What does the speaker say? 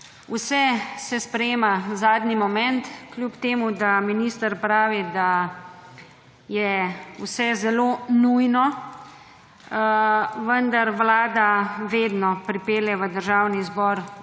Vse se sprejema zadnji moment, kljub temu, da minister pravi, da je vse zelo nujno, vendar vlada vedno pripelje v Državni zbor vse